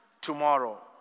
tomorrow